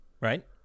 Right